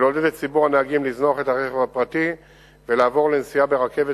ולעודד את ציבור הנהגים לזנוח את הרכב הפרטי ולעבור לנסיעה ברכבת,